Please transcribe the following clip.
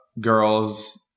girls